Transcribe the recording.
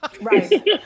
Right